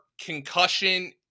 concussion